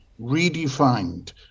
redefined